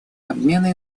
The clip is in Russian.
обмена